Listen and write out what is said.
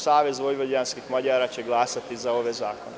Savez vojvođanskih Mađara će glasati za ove zakone.